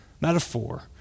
metaphor